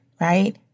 right